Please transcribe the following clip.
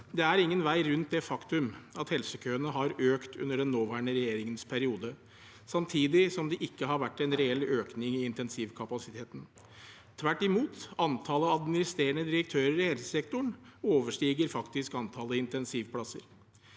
Det er ingen vei rundt det faktum at helsekøene har økt under den nåværende regjeringens periode, samtidig som det ikke har vært en reell økning i intensivkapasiteten. Tvert imot, antallet administrerende direktører i helsesektoren overstiger faktisk antallet intensivplasser.